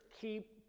keep